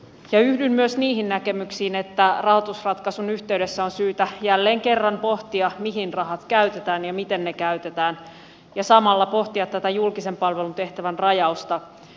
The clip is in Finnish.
yhdyn myös niihin näkemyksiin että rahoitusratkaisun yhteydessä on syytä jälleen kerran pohtia mihin rahat käytetään ja miten ne käytetään ja samalla pohtia tätä julkisen palvelun tehtävän rajausta